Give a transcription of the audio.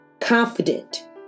Confident